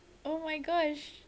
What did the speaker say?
oh my gosh